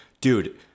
dude